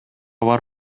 бар